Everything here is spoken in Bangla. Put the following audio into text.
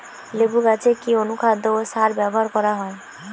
লেবু গাছে কি অনুখাদ্য ও সার ব্যবহার করা হয়?